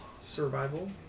survival